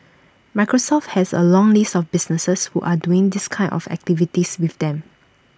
Microsoft has A long list of businesses who are doing these kind of activities with them